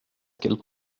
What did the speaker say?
qu’elles